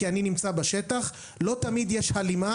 כי אני נמצא בשטח: לא תמיד יש הלימה.